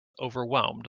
overwhelmed